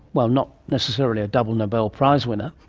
well, not necessarily a double nobel prize-winner,